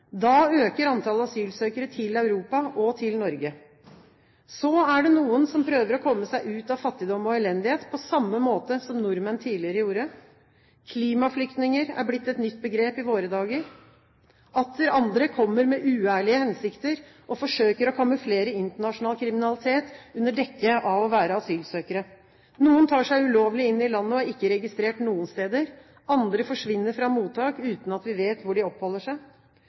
Da øker antall asylsøkere til Europa og til Norge. Så er det noen som prøver å komme seg ut av fattigdom og elendighet, på samme måte som nordmenn tidligere gjorde. «Klimaflyktninger» er blitt et nytt begrep i våre dager. Atter andre kommer med uærlige hensikter og forsøker å kamuflere internasjonal kriminalitet under dekke av å være asylsøkere. Noen tar seg ulovlig inn i landet og er ikke registrert noen steder. Andre forsvinner fra mottak uten at vi vet hvor de oppholder seg.